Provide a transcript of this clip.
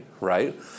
right